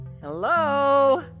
Hello